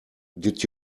did